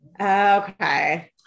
okay